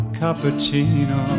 cappuccino